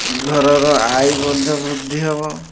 ଘରର ଆୟ ମଧ୍ୟ ବୃଦ୍ଧି ହେବ